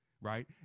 Right